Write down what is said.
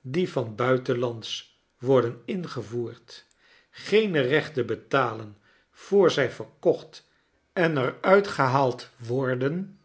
die van buitenslands worden ingevoerd geene rechten betalen voor zij verkocht en er uitgehaald worden